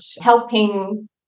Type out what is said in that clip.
helping